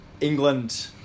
England